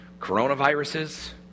Coronaviruses